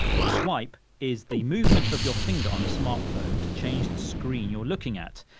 to swipe is the movement of your finger on a smartphone to change the screen you're looking at.